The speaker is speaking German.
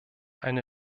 eine